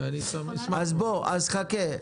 אז חכה.